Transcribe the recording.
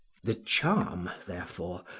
the charm, therefore,